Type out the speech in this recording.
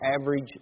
average